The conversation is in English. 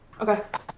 Okay